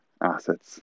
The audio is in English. assets